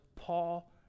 Paul